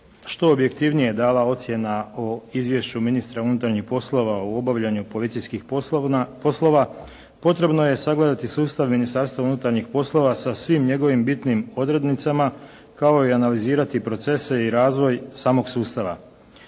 što objektivnije dala ocjena o izvješću ministra unutarnjih poslova u obavljanju policijskih poslova potrebno je sagledati sustav Ministarstva unutarnjih poslova sa svim njegovim bitnim odrednicama kao i analizirati procese i razvoj samog sustava.